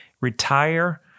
retire